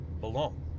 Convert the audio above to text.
belong